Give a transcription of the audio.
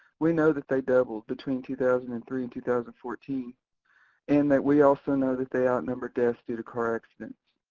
we know that they doubled between two thousand and three and two thousand and fourteen and that we also know that they outnumber deaths due to car accidents.